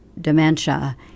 dementia